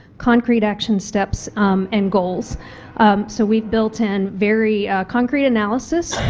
concrete action steps and goals so we built-in very concrete analysis,